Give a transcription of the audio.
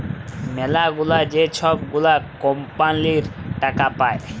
ম্যালাগুলা যে ছব গুলা কম্পালির টাকা পায়